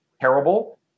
terrible